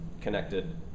connected